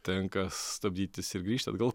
tenka stabdytis ir grįžti atgal